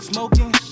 Smoking